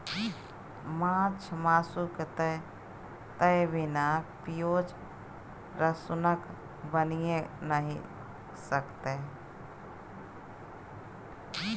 माछ मासु तए बिना पिओज रसुनक बनिए नहि सकैए